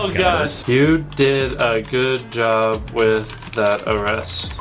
you did a good job with that arrest.